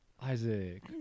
Isaac